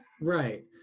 Right